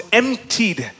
emptied